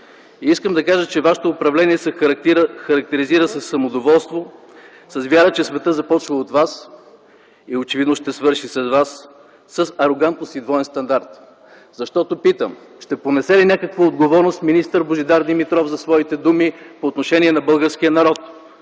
Искам да кажа, че вашето управление се характеризира със самодоволство, с вяра, че светът започва от вас и очевидно ще свърши с вас, с арогантност и двоен стандарт. Защото, питам, ще понесе ли някаква отговорност министър Божидар Димитров за своите думи по отношение на българския народ?